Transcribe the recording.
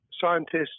Scientists